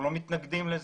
אנחנו לא מתנגדים לזה.